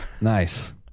Nice